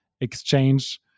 exchange